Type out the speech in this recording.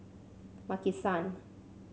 Maki San